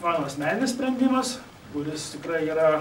mano asmeninis sprendimas kuris tikrai yra